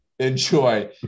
Enjoy